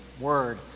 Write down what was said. Word